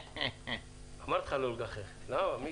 יש